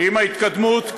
עם ההתקדמות,